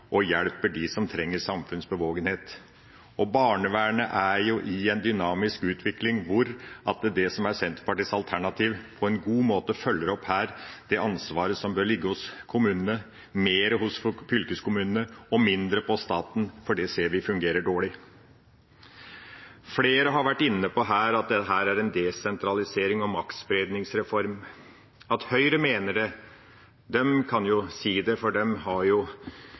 dynamisk utvikling hvor det som er Senterpartiets alternativ her, på en god måte følger opp det ansvaret som bør ligge hos kommunene – mere hos fylkeskommunene og mindre hos staten, for det ser vi fungerer dårlig. Flere har her vært inne på at dette er en desentraliserings- og maktspredningsreform. Høyre kan si det, for de har jo en viss nådegave når det